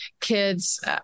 kids